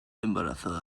embarazada